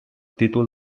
títol